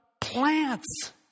plants